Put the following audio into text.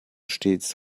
stets